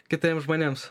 kitai žmonėms